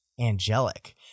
angelic